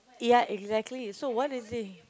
yaa exactly so what is it